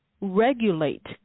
regulate